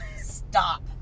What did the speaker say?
Stop